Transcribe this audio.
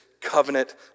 covenant